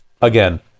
Again